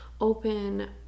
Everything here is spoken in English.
open